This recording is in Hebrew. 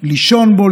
לישון בו,